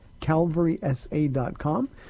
calvarysa.com